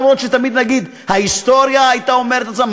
למרות שתמיד נגיד: ההיסטוריה הייתה אומרת את זה,